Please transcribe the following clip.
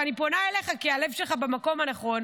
ואני פונה אליך כי הלב שלך במקום הנכון,